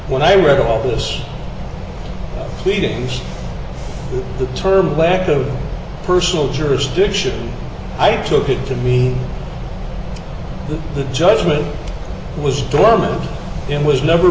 when i read all this weeding the term lack of personal jurisdiction i took it to mean that the judgement was dormant in was never